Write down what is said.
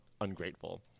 ungrateful